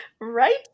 Right